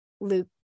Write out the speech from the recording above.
Luke